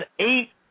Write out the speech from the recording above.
eight